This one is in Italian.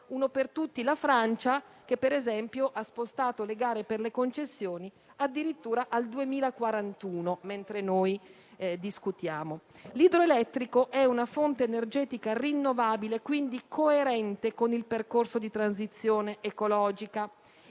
uno per tutti la Francia che - per esempio - ha spostato le gare per le concessioni addirittura al 2041 (mentre noi discutiamo). L'idroelettrico è una fonte energetica rinnovabile, quindi coerente con il percorso di transizione ecologica;